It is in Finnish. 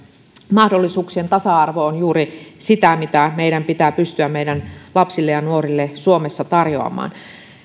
mahdollisuuksien tasa arvo on juuri sitä mitä meidän pitää pystyä meidän lapsille ja nuorille suomessa tarjoamaan